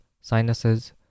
sinuses